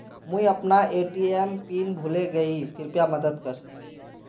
मुई अपना ATM pin भूले गही कृप्या मदद कर